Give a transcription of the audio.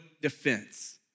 defense